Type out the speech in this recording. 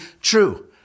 true